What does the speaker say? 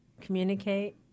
communicate